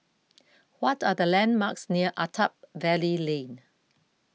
what are the landmarks near Attap Valley Lane